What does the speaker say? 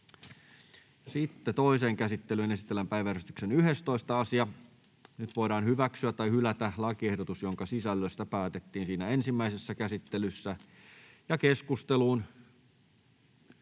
ainoaan käsittelyyn esitellään päiväjärjestyksen 12. asia. Nyt voidaan toisessa käsittelyssä hyväksyä tai hylätä lakiehdotus, jonka sisällöstä päätettiin ensimmäisessä käsittelyssä. Lopuksi